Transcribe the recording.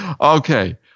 Okay